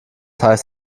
heißt